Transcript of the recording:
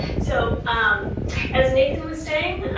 so um as nathan was saying,